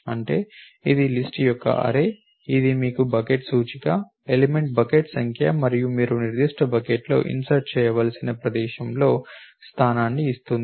అంటే ఇది లిస్ట్ యొక్క అర్రే అది మీకు బకెట్ సూచిక ఎలిమెంట్ బకెట్ సంఖ్య మరియు మీరు నిర్దిష్ట బకెట్లో ఇన్సర్ట్ చేయవలసిన ప్రదేశంలో స్థానాన్ని ఇస్తుంది